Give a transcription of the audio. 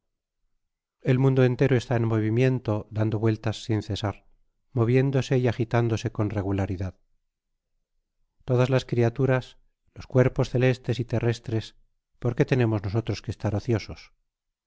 el mondo entero está en movimiento dando vueltas sin cesar moviéndose y agitándose con regularidad todas tas criaturas los cuerpos celestes y terrestres por qué tenemos nosotros que estar ociosos